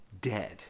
dead